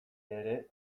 ere